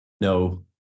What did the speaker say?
No